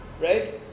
right